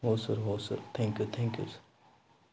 हो सर हो sir thank you thank you sir